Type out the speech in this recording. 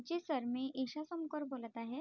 जी sir मी ईशा समकर बोलत आहे